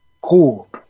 cool